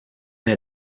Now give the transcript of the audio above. eine